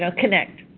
connect.